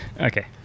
Okay